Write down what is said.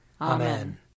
Amen